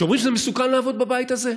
שאומרים שזה מסוכן לעבוד בבית הזה.